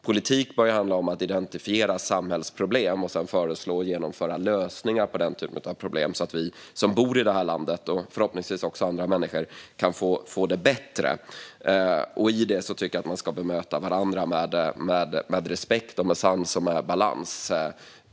Politik bör handla om att identifiera samhällsproblem och sedan föreslå och genomföra lösningar på dessa problem så att vi som bor i detta land, och förhoppningsvis även andra, kan få det bättre. I detta tycker jag att man ska bemöta varandra med respekt, sans och balans.